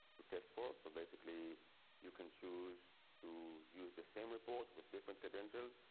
test for so basically you can choose to use the same report with different credentials.